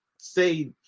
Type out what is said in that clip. say